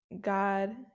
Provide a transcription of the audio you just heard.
God